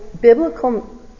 biblical